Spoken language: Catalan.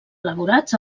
elaborats